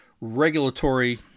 regulatory